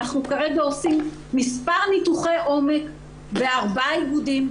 אנחנו כרגע עושים מספר ניתוחי עומק בארבעה איגודים.